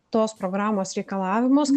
tos programos reikalavimus